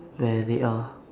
where they are